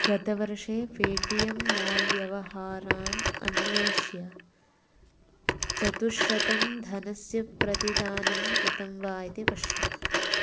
गतवर्षे पेटियं माल् व्यवहारान् अन्विष्य चतुश्शतं धनस्य प्रतिदानं कृतं वा इति पश्य